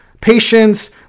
patience